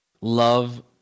Love